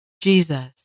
Jesus